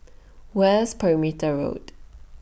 West Perimeter Road